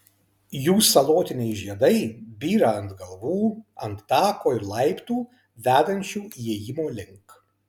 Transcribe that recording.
jų salotiniai žiedai byra ant galvų ant tako ir laiptų vedančių įėjimo link